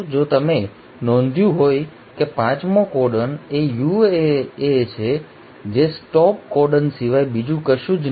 જો તમે નોંધ્યું હોય કે પાંચમો કોડોન એ UAA છે જે સ્ટોપ કોડન સિવાય બીજું કશું જ નથી